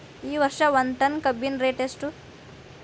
ಈ ವರ್ಷ ಒಂದ್ ಟನ್ ಕಬ್ಬಿನ ರೇಟ್ ಎಷ್ಟು?